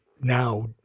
now